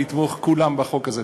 לתמוך כולם בחוק הזה.